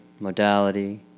modality